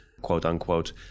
quote-unquote